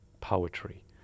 poetry